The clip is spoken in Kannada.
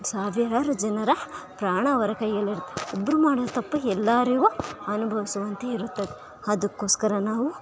ಸಾವಿರಾರು ಜನರ ಪ್ರಾಣ ಅವರ ಕೈಯಲ್ಲಿರುತ್ತೆ ಒಬ್ಬರು ಮಾಡುವ ತಪ್ಪು ಎಲ್ಲರಿಗು ಅನುಭವಿಸುವಂತೆ ಇರುತ್ತದೆ ಅದಕ್ಕೋಸ್ಕರ ನಾವು